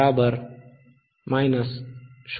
1 आहे गेन 0